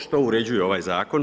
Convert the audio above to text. Što uređuje ovaj Zakon?